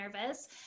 nervous